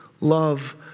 love